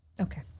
Okay